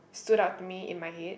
stood out to me in my head